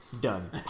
Done